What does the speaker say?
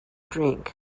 drink